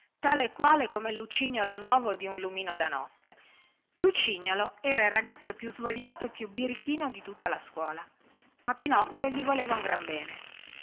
tale e quale come il lucignolo nuovo di un lumino da notte lucignolo era il ragazzo più svogliato e più birichino di tutta la scuola ma pinocchio gli voleva un gran bene